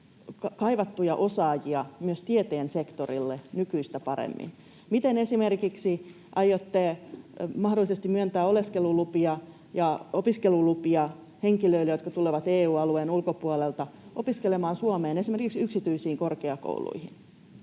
kaivattuja osaajia myös tieteen sektorille nykyistä paremmin. Miten esimerkiksi aiotte mahdollisesti myöntää oleskelulupia ja opiskelulupia henkilöille, jotka tulevat EU-alueen ulkopuolelta opiskelemaan Suomeen esimerkiksi yksityisiin korkeakouluihin?